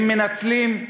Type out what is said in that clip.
הם מנצלים,